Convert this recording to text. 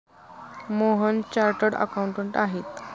Mohan chartered accountant आहेत